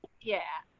yeah.